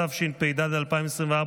התשפ"ד 2024,